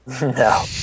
No